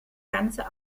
ganze